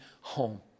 home